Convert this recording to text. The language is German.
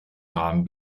rahmen